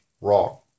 wrong